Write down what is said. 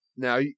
Now